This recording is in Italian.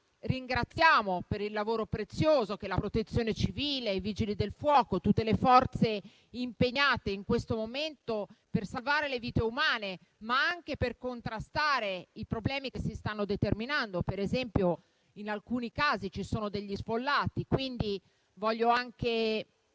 ringraziamo per il lavoro prezioso della Protezione civile, dei Vigili del fuoco, di tutte le forze impegnate in questo momento per salvare le vite umane, ma anche per contrastare i problemi che si stanno determinando. Per esempio, in alcuni casi ci sono degli sfollati, quindi vorrei anche